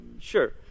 Sure